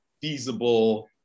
feasible